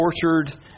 tortured